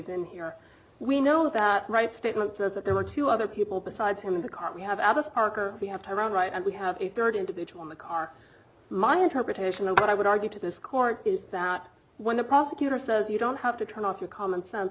in here we know that right statement says that there were two other people besides him in the car we have albus arc or we have her own right and we have a rd individual in the car my interpretation of what i would argue to this court is that when the prosecutor says you don't have to turn off your common sense